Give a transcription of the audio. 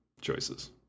choices